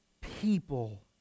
people